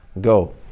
go